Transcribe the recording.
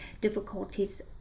difficulties